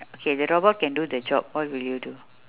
okay the robot can do the job what will you do